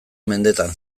mendeetan